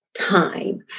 time